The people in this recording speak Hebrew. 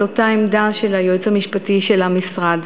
אותה עמדה של הייעוץ המשפטי של המשרד.